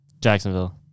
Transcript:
Jacksonville